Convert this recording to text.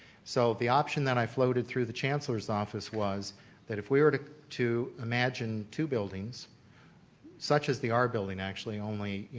so the option that i floated through the chancellor's office was that if we are to imagine two buildings such as the r building actually only, you